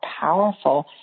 powerful